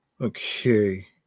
okay